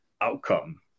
outcome